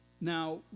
Now